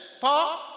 Paul